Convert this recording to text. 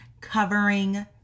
covering